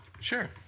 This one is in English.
Sure